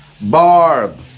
Barb